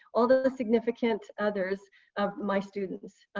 all the significant others of my students.